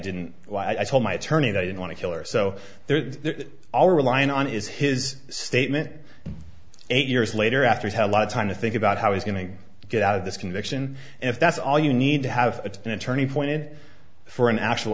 didn't lie i told my attorney that i didn't want to killer so they're all relying on is his statement eight years later after he had a lot of time to think about how he's going to get out of this conviction if that's all you need to have an attorney pointed for an actual